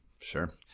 Sure